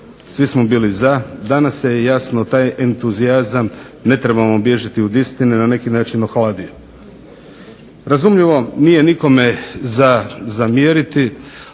svi smo bili za. Danas se je jasno taj entuzijazam ne trebamo bježati od istine na neki način ohladio. Razumljivo, nije nikome za zamjeriti